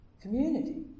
community